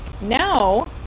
now